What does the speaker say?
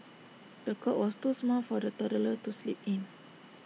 the cot was too small for the toddler to sleep in